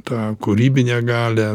tą kūrybinę galią